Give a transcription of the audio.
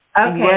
Okay